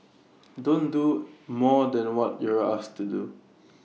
don't do more than what you're asked to do